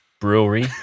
brewery